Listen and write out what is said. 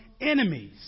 Enemies